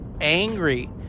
angry